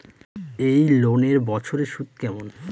এই লোনের বছরে সুদ কেমন?